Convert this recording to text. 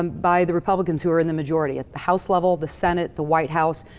um by the republicans, who are in the majority. at the house level, the senate, the white house.